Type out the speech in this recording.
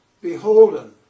beholden